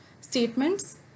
statements